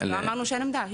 לא אמרנו שאין עמדה,